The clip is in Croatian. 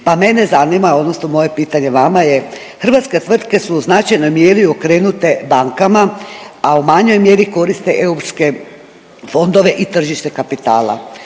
pa mene zanima odnosno moje pitanje vama je, hrvatske tvrtke su u značajnoj mjeri okrenute bankama, a u manjoj mjeri koriste europske fondove i tržište kapitala,